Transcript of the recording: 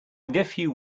nephew